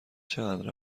چقدر